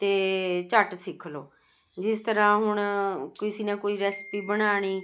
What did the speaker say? ਅਤੇ ਝਟ ਸਿੱਖ ਲਓ ਜਿਸ ਤਰ੍ਹਾਂ ਹੁਣ ਕਿਸੇ ਨੇ ਕੋਈ ਰੈਸਪੀ ਬਣਾਉਣੀ